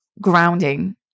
grounding